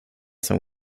som